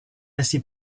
assez